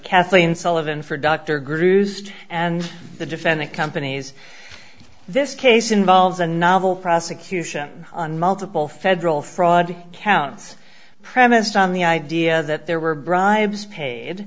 kathleen sullivan for dr groups and the defendant companies this case involves a novel prosecution on multiple federal fraud counts premised on the idea that there were bribes paid